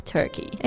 Turkey